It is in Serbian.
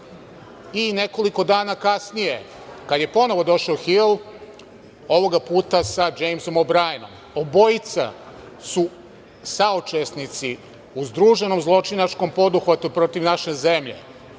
i nekoliko dana kasnije kada je ponovo došao Hil. Ovoga puta sa Džejmsom O Brajanom. Obojica su saučesnici u združenom zločinačkom poduhvatu protiv naše zemlje. Džejms